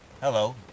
Hello